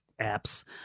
apps